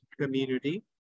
community